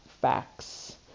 facts